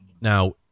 Now